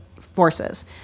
forces